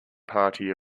party